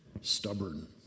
stubborn